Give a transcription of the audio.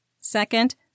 Second